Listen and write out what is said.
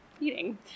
eating